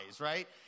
right